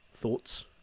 Thoughts